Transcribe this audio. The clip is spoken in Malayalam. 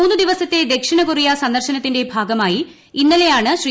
മൂന്ന് ദിവസത്തെ ദക്ഷിണ കൊറിയ സന്ദർശനത്തിന്റെ ഭാഗമായി ഇന്നലെയാണ് ശ്രീ